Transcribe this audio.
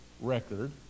record